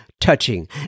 touching